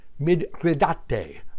Midridate